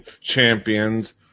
champions